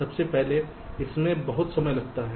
सबसे पहले इसमें बहुत समय लगता है